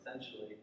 essentially